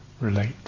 relate